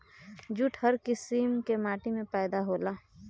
jute हर किसिम के माटी में पैदा होला